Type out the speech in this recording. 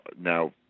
Now